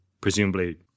presumably